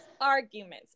Arguments